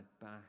back